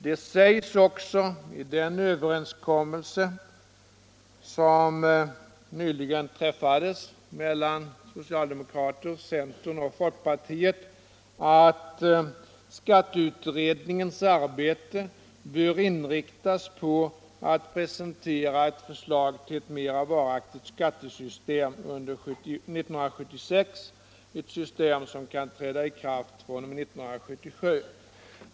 Det sägs också i den överenskommelse som nyligen träffades mellan socialdemokraterna, centern och folkpartiet att skatteutredningens arbete bör inriktas på att presentera ett förslag till ett mera varaktigt skattesystem under 1976, ett system som kan träda i kraft fr.o.m. 1977.